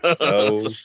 No